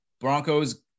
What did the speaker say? broncos